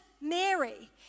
Mary